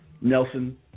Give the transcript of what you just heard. Nelson